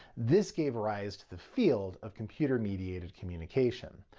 this gave rise to the field of computer mediated communication.